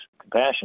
compassion